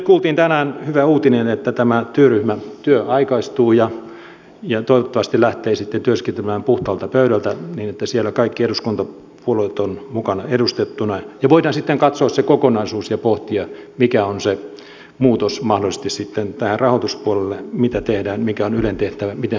mutta tänään kuultiin hyvä uutinen että tämä työryhmän työ aikaistuu ja toivottavasti lähtee sitten työskentelemään puhtaalta pöydältä niin että siellä kaikki eduskuntapuolueet ovat mukana edustettuna ja voidaan sitten katsoa se kokonaisuus ja pohtia mikä on se muutos mahdollisesti tähän rahoituspuolelle mitä tehdään mikä on ylen tehtävä miten suhteutetaan